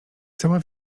cała